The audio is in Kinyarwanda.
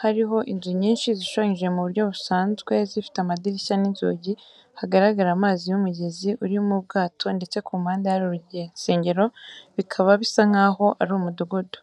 hariho inzu nyinshi zishushanyije mu buryo busanzwe zifite amadirishya n’inzugi. Haragaragara amazi y’umugezi urimo ubwato ndetse ku mpande hari urusengero bikaba bisa nkaho ari umudugudu.